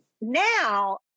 Now